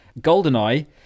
Goldeneye